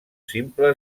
simple